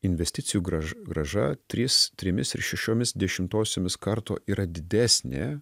investicijų grąž grąža trys trimis ir šešiomis dešimtosiomis karto yra didesnė